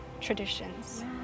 traditions